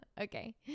Okay